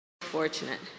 Fortunate